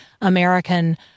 American